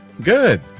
Good